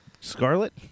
Scarlet